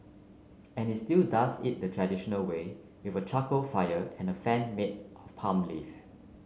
and he still does it the traditional way if a charcoal fire and a fan made of palm leaf